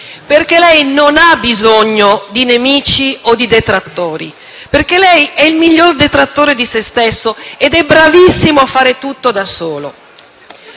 perché lei non ha bisogno di nemici o di detrattori perché lei è il miglior detrattore di se stesso ed è bravissimo a fare tutto da solo.